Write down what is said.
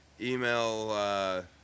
email